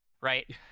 right